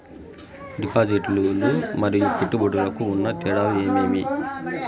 డిపాజిట్లు లు మరియు పెట్టుబడులకు ఉన్న తేడాలు ఏమేమీ?